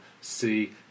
see